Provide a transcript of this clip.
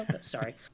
Sorry